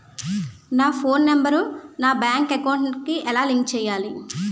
నా phone number నా bank account కి ఎలా లింక్ చేయాలి?